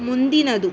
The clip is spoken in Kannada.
ಮುಂದಿನದು